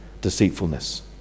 deceitfulness